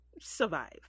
survive